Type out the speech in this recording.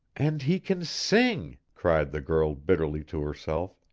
and he can sing! cried the girl bitterly to herself.